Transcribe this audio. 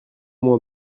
moins